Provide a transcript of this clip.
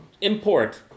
import